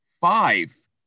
five